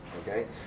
okay